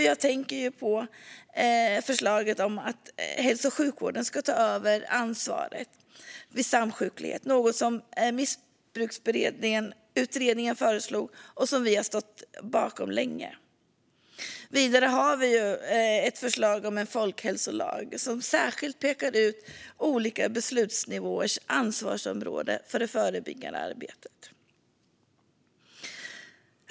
Jag tänker på förslaget att hälso och sjukvården ska ta över ansvaret vid samsjuklighet, något som Missbruksutredningen föreslog och som vi har stått bakom länge. Vidare har vi ett förslag om en folkhälsolag, som särskilt pekar ut olika beslutsnivåers ansvarsområden när det gäller det förebyggande arbetet.